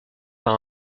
par